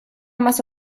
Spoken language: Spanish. más